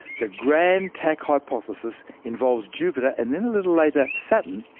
the grand tack hypothesis involves jupiter, and then a little later, saturn,